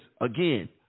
again